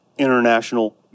International